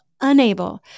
unable